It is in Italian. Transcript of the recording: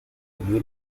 due